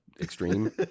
extreme